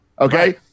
Okay